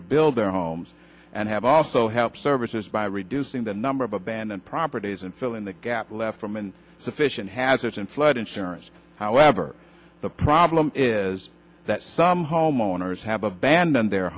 rebuild their homes and have also help services by reducing the number of abandoned properties and filling the gap left from and sufficient hazards in flood insurance however the problem is that some homeowners have abandoned their